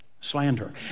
slander